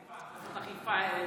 אכיפה, צריך לעשות אכיפה.